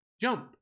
jump